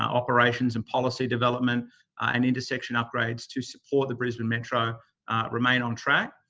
operations and policy development and intersection upgrades to support the brisbane metro remain on track.